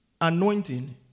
anointing